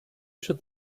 should